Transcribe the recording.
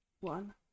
one